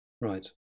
Right